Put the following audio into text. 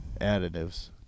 Additives